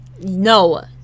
No